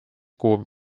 kuhu